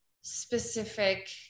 specific